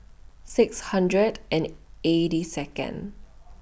six hundred and eighty Second